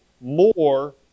more